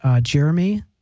Jeremy